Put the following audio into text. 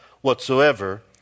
whatsoever